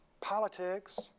politics